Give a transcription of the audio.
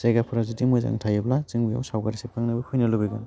जायगाफोरा जुदि मोजां थायोब्ला जों बेयाव सावगारि सेबखांनोबो फैनो लुगैगोन